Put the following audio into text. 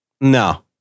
No